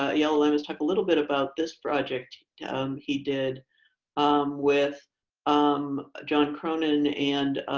ah yeah aiello-lammens talk a little bit about this project he did with i'm john cronin and